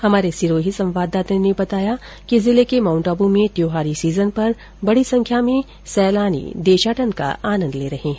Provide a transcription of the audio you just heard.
हमारे सिरोही संवाददाता ने बताया कि जिले के माउंट आबू में त्यौहारी सीजन पर बड़ी संख्या में सैलानी देशाटन का आनंद ले रहे हैं